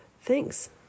thanks